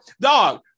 dog